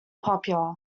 popular